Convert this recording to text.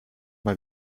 mal